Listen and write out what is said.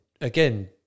again